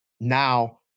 now